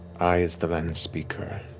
i, as the landspeaker,